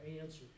answers